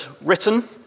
written